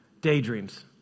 daydreams